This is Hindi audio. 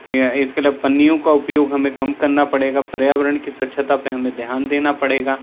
इसके लिए पन्नियों का उपयोग हमें कम करना पड़ेगा पर्यावरण की स्वच्छता पे हमें ध्यान देना पड़ेगा